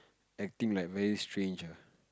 acting like very strange ah